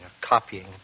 copying